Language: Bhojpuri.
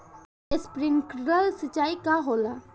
स्प्रिंकलर सिंचाई का होला?